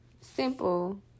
simple